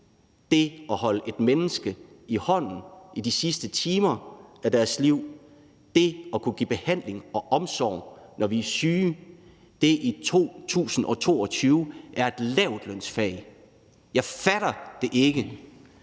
det at holde mennesker i hånden i de sidste timer af deres liv, det at kunne give behandling og omsorg, når vi er syge, i 2022 er et lavtlønsfag. Jeg fatter det ikke,